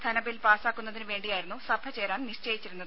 ധന ബിൽ പാസ്സാക്കുന്നതിന് വേണ്ടിയായിരുന്നു സഭ ചേരാൻ നിശ്ചയിച്ചിരുന്നത്